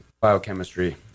biochemistry